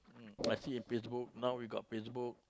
mm I see in Facebook now we got Facebook